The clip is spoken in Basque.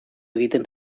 egiten